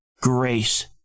grace